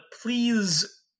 please